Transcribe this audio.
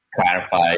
clarify